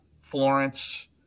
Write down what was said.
Florence